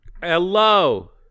Hello